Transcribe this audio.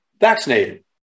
vaccinated